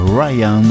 Ryan